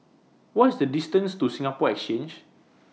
What IS The distance to Singapore Exchange